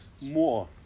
more